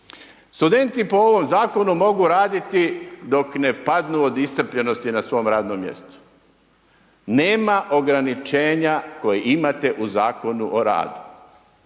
Studenti po ovom zakonu mogu raditi dok ne padnu od iscrpljenosti na svom radnom mjestu. Nema ograničenja koje imate u Zakonu o radu.